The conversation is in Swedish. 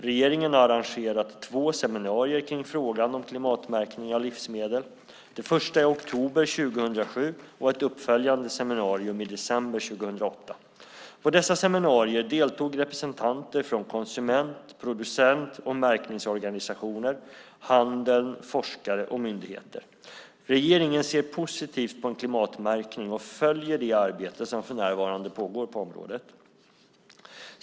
Regeringen har arrangerat två seminarier kring frågan om klimatmärkning av livsmedel, det första i oktober 2007 och ett uppföljande seminarium i december 2008. På dessa seminarier deltog representanter från konsument-, producent och märkningsorganisationer, handeln, forskare och myndigheter. Regeringen ser positivt på en klimatmärkning och följer det arbete som för närvarande pågår på området.